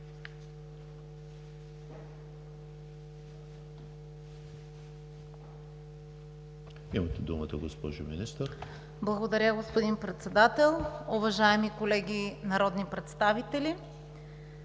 Благодаря, господин Председател. Уважаеми колеги народни представители!